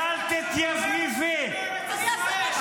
ואל תתייפייפי,